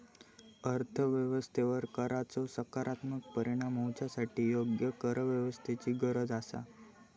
अर्थ व्यवस्थेवर कराचो सकारात्मक परिणाम होवच्यासाठी योग्य करव्यवस्थेची गरज आसा